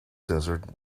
desert